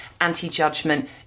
anti-judgment